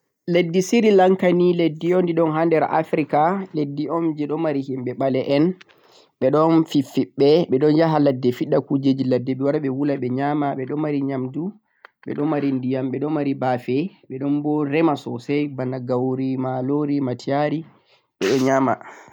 Leddi Sirelanka ni leddi on ndi ɗoo n ha nder Africa, leddi on jee ɓe ɗon mari himɓe ɓale'en, ɓeɗon fifiɓɓe, ɓe ɗon jaha leddi fiɗa kuujeeeji ladde ɓe wara ɓe wula ɓe nyaama, ɓe ɗon mari nyaamndu ɓe ɗon mari ndiyam, ɓe ɗon mari baafe ɓe ɗon bo rema soosay, bana gawri, maaloori, matiyari ɓe ɗon nyaama.